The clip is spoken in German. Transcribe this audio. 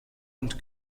und